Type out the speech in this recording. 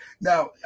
Now